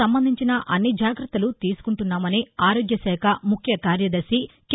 నంబంధించిన అన్ని జాగత్తలు తీసుకుంటున్నామని ఆరోగ్య శాఖ ముఖ్య కార్యదర్శి కె